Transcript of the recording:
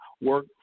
work